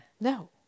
no